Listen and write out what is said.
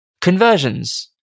conversions